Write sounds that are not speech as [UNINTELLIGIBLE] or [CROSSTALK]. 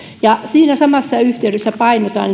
samassa yhteydessä painotan [UNINTELLIGIBLE]